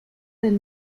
del